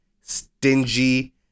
stingy